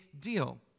deal